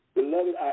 Beloved